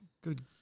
good